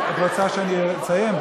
את רוצה שאני אסיים?